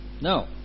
no